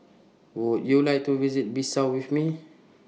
Would YOU like to visit Bissau with Me